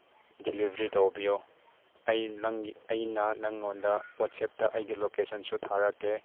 delivery ꯇꯧꯕꯤꯌꯣ ꯑꯩ ꯅꯪꯒꯤ ꯑꯩꯅ ꯅꯪꯉꯣꯟꯗ ꯋꯥꯆꯦꯞꯇ ꯑꯩꯒꯤ ꯂꯣꯀꯦꯁꯟꯁꯨ ꯊꯥꯔꯛꯀꯦ